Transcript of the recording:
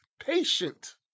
patient